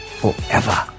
forever